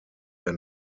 der